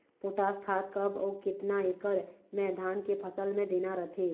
Potash खाद कब अऊ केतना एकड़ मे धान के फसल मे देना रथे?